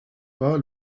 pas